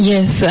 Yes